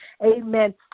Amen